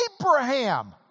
Abraham